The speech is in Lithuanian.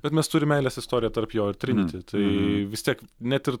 bet mes turim meilės istoriją tarp jo ir triniti tai vis tiek net ir